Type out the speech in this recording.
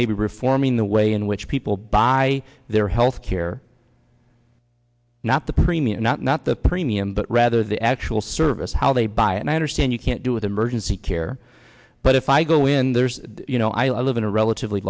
maybe reforming the way in which people buy their health care not the premium not not the premium but rather the actual service how they buy and i understand you can't do with emergency here but if i go in there you know i live in a relatively